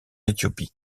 éthiopie